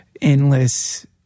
endless